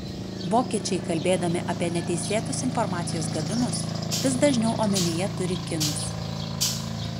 vokiečiai kalbėdami apie neteisėtus informacijos gavimus vis dažniau omenyje turi kinus